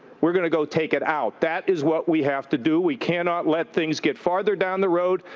we're gonna go take it out. that is what we have to do. we cannot let things get farther down the road,